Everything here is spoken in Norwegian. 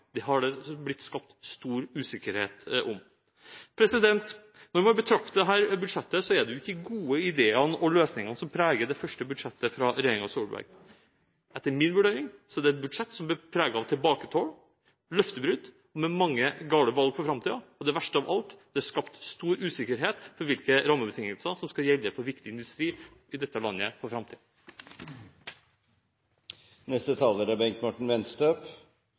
Det har det blitt skapt stor usikkerhet om. Når man betrakter dette første budsjettet fra regjeringen Solberg, er det ikke de gode ideene og løsningene som preger det. Etter min vurdering er det et budsjett som er preget av tilbaketog, løftebrudd med mange gale valg for framtiden, og det verste av alt: Det er skapt stor usikkerhet om hvilke rammebetingelser som skal gjelde for viktig industri i dette landet for framtiden. Norge er